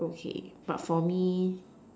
okay but for me